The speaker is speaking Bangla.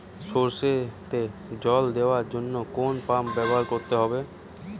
সরষেতে জল দেওয়ার জন্য কোন পাম্প ব্যবহার করতে হবে?